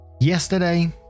Yesterday